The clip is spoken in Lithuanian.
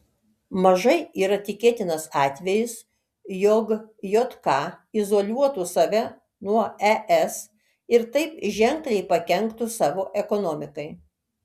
mažai yra tikėtinas atvejis jog jk izoliuotų save nuo es ir taip ženkliai pakenktų savo ekonomikai